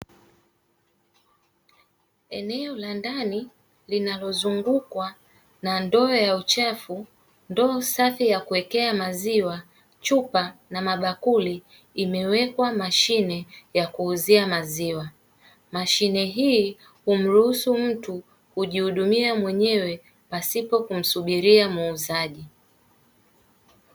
Eneo la ndani linalo zungukwa na ndoo ya uchafu, ndoo safi ya kuwekea maziwa, chupa na bakuli imewekwa machine ya kuuzia maziwa. Mashine hii humruhusu mtu kujihudumia mwenyewe pasipo kumsubiria muuzaji.